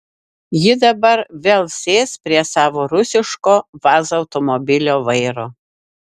ji dabar vėl sės prie savo rusiško vaz automobilio vairo